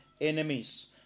enemies